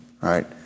right